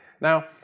Now